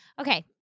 Okay